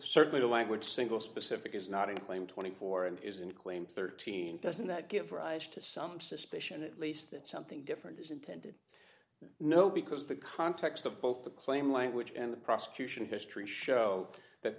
certainly the language single specific is not a claim twenty four and is in claim thirteen doesn't that give rise to some suspicion at least that something different is intended no because the context of both the claim language and the prosecution history show that